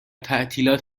تعطیلات